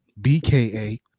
bka